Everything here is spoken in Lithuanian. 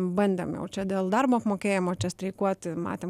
bandėm jaučia dėl darbo apmokėjimo čia streikuoti matėm